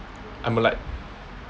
I'm like